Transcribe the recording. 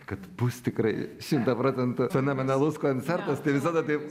kad bus tikrai šimtą procentų fenomenalus koncertas tai visada taip